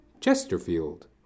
Chesterfield